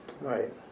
Right